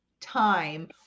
time